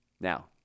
Now